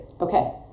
Okay